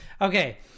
Okay